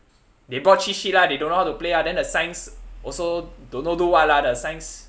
they brought cheat sheet lah they don't know how to play ah then the science also don't know do what lah the science